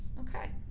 okay.